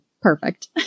perfect